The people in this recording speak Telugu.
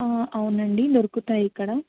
అవునండి దొరుకుతాయి ఇక్కడ